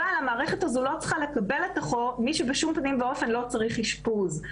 אבל המערכת הזו לא צריכה לקבל לתוכה מי שבשום פנים ואופן לא צריך אשפוז.